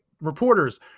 reporters